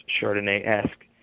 Chardonnay-esque